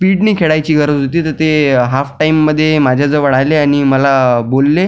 स्पीडनी खेळायची गरज होती तर ते हाफटाईममध्ये माझ्याजवळ आले आणि मला बोलले